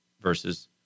versus